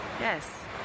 yes